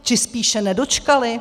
Či spíše nedočkali?